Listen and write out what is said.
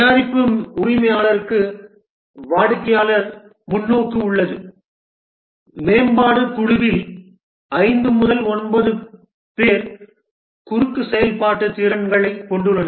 தயாரிப்பு உரிமையாளருக்கு வாடிக்கையாளர் முன்னோக்கு உள்ளது மேம்பாட்டுக் குழுவில் ஐந்து முதல் ஒன்பது பேர் குறுக்கு செயல்பாட்டு திறன்களைக் கொண்டுள்ளனர்